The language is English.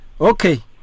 okay